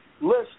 list